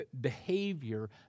Behavior